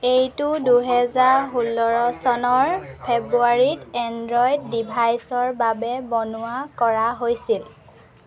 এইটো দুহেজাৰ ষোল্ল চনৰ ফেব্ৰুৱাৰীত এনড্ৰ'ইড ডিভাইচৰ বাবে বনোৱা কৰা হৈছিল